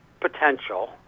potential